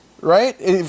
right